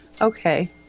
Okay